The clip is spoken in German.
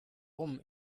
herum